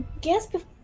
guess